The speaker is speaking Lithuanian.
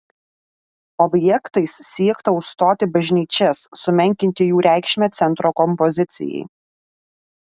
objektais siekta užstoti bažnyčias sumenkinti jų reikšmę centro kompozicijai